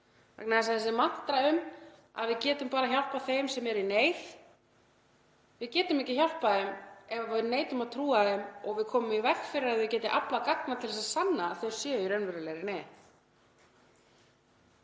að hjálpa. Þessi mantra um að við getum bara hjálpað þeim sem eru í neyð — við getum ekki hjálpað þeim ef við neitum að trúa þeim og komum í veg fyrir að þau geti aflað gagna til að sanna að þau séu í raunverulegri neyð.